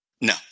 No